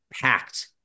packed